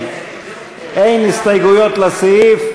אין הסתייגויות לסעיף,